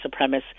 supremacist